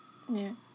ya